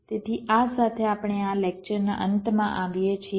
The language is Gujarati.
તેથી આ સાથે આપણે આ લેક્ચરના અંતમાં આવીએ છીએ